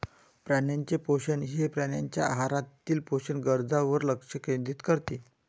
प्राण्यांचे पोषण हे प्राण्यांच्या आहारातील पोषक गरजांवर लक्ष केंद्रित करते